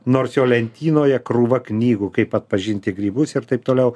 nors jo lentynoje krūva knygų kaip atpažinti grybus ir taip toliau